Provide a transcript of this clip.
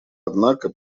однако